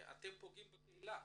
אתם פוגעים בקהילה.